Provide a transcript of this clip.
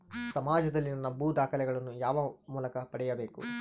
ಸಮಾಜದಲ್ಲಿ ನನ್ನ ಭೂ ದಾಖಲೆಗಳನ್ನು ಯಾವ ಮೂಲಕ ಪಡೆಯಬೇಕು?